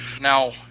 Now